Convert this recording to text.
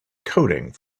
coating